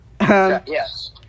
Yes